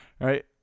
Right